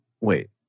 wait